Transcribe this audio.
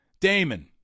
Damon